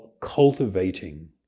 cultivating